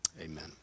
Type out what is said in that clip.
Amen